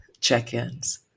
check-ins